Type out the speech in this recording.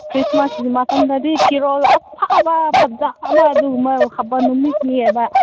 Christmas ꯃꯇꯝꯇꯗꯤ ꯐꯤꯔꯣꯜ ꯑꯐꯕ ꯐꯖꯕ ꯑꯗꯨꯒꯨꯝꯕ ꯍꯥꯞꯄ ꯅꯨꯃꯤꯠꯅꯦꯕ